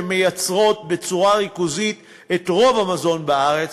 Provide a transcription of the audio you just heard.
שמייצרות בצורה ריכוזית את רוב המזון בארץ,